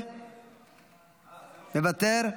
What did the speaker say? מוותר,